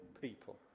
people